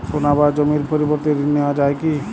সোনা বা জমির পরিবর্তে ঋণ নেওয়া যায় কী?